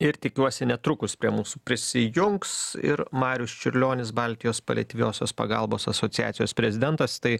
ir tikiuosi netrukus prie mūsų prisijungs ir marius čiurlionis baltijos paliatyviosios pagalbos asociacijos prezidentas tai